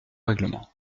règlement